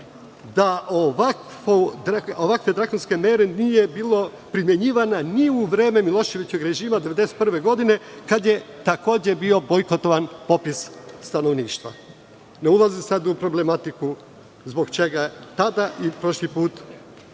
da ovakve drakonska mera nije bila primenjivana ni u vreme Miloševićevog režima, 1991. godine, kada je takođe bio bojkotovan popis stanovništva. Ne ulazim sada u problematiku zbog čega je tada i prošli put